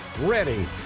ready